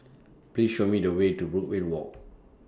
Please Show Me The Way to Brookvale Walk